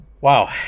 Wow